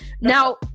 now